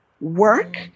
work